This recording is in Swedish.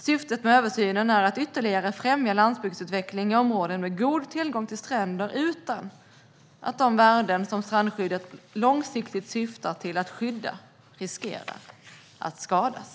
Syftet med översynen är att ytterligare främja landsbygdsutveckling i områden med god tillgång till stränder utan att de värden som strandskyddet långsiktigt syftar till att skydda riskerar att skadas.